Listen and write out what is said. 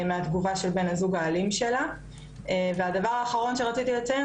מהתגובה של בן הזוג האלים שלה והדבר האחרון שרציתי לציין,